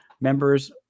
members